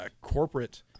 corporate